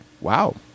wow